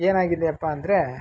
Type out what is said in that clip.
ಏನಾಗಿದೆ ಅಪ್ಪ ಅಂದರೆ